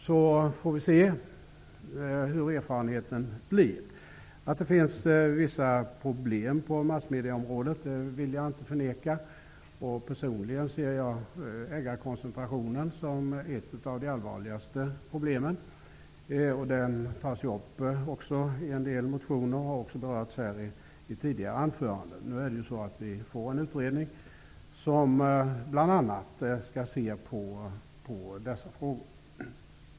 Sedan får vi se vilka erfarenheterna blir. Att det finns vissa problem på massmedieområdet vill jag inte förneka. Personligen ser jag ägarkoncentrationen som ett av de allvarligaste problemen. Den frågan tas upp i en del motioner och har också berörts här av tidigare talare. Men vi får ju en utredning som bl.a. skall se på dessa frågor.